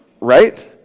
Right